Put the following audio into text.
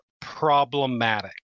problematic